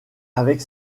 avec